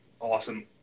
awesome